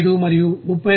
25 మరియు 32